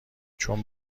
چون